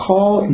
Call